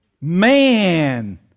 man